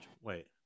wait